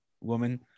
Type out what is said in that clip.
woman